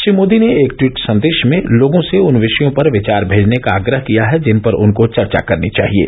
श्री मोदी ने एक टवीट संदेश में लोगों से उन विषयों पर विचार भेजने का आग्रह किया है जिन पर उनको चर्चा करनी चाहिये